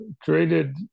created